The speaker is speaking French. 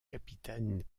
capitaine